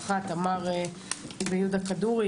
תמר ויהודה כדורי,